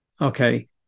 Okay